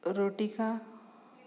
रोटिकां